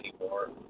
anymore